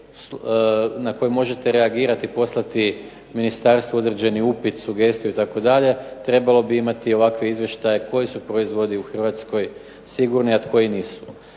na koji možete reagirati i poslati ministarstvu određeni upit, sugestiju itd. trebalo bi imati ovakve izvještaje koji su proizvodi u Hrvatskoj sigurni a koji nisu.